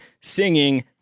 singing